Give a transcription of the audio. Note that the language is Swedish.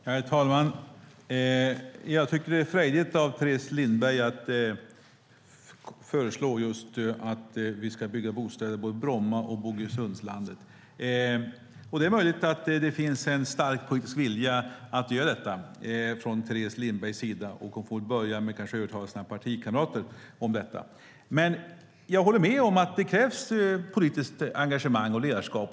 Herr talman! Jag tycker att det är frejdigt av Teres Lindberg att föreslå att vi ska bygga bostäder både på Bromma flygplats och på Bogesundslandet. Det är möjligt att det finns en stark politisk vilja från henne att göra detta, och hon får kanske börja med att övertala sina partikamrater om det. Men jag håller med om att det krävs politiskt engagemang och ledarskap.